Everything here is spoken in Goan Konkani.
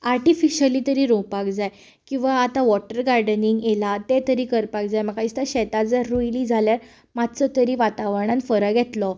आर्टिफिश्यली तरी रोवपाक जाय किवा आतां वॉटर गार्डनींग येलां तें तरी करपाक जाय म्हाका दिसता शेतां जर रोयलीं जाल्यार मातसो तरी वातावरणांत फरक येतलो